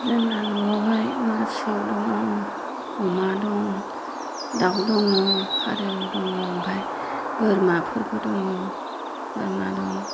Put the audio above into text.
जोंना न'आवहाय मोसौ दङ अमा दं दाउ दङ फारौ दङ ओमफ्राय बोरमाफोरबो दङ बोरमा दं